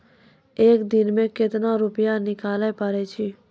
एक दिन मे केतना रुपैया निकाले पारै छी?